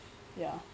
ya